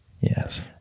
Yes